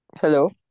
Hello